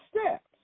steps